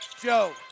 Joe